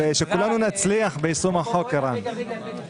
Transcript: ושכולנו נצליח ביישום החוק, ערן.